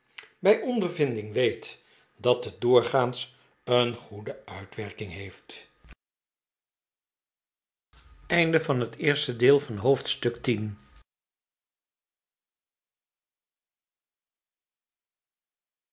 weller ondervinding weet dat het doorgaans een goede uitwerking heeft